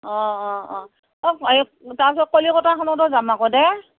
অঁ অঁ অঁ অঁ এই তাৰপিছত কলিকতাখনতো যাম আকৌ দেই